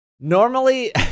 Normally